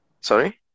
Sorry